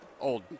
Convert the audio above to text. old